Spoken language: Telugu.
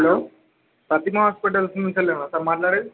హలో ప్రతిమ హాస్పిటల్ నుంచేనా సార్ మాట్లాడేది